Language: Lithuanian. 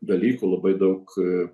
dalykų labai daug